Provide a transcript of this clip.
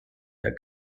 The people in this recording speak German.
der